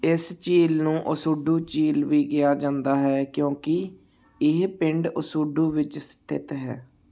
ਇਸ ਝੀਲ ਨੂੰ ਓਸੁਡੂ ਝੀਲ ਵੀ ਕਿਹਾ ਜਾਂਦਾ ਹੈ ਕਿਉਂਕਿ ਇਹ ਪਿੰਡ ਓਸੁਡੂ ਵਿੱਚ ਸਥਿਤ ਹੈ